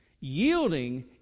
Yielding